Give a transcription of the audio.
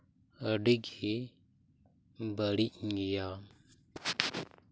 ᱟᱹᱰᱤ ᱜᱮ ᱵᱟᱹᱲᱤᱡ ᱜᱮᱭᱟ